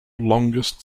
longest